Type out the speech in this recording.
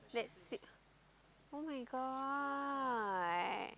[oh]-my-god